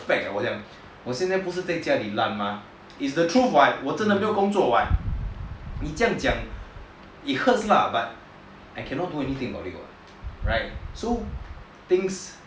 then 我讲我现在不是在家里赖 mah is the truth [what] 我真的没有工作做 [what] 你这样讲 it hurts lah but I cannot do anything already [what] right so things